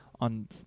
on